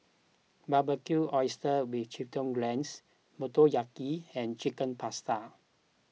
Barbecued Oysters with Chipotle Glaze Motoyaki and Chicken Pasta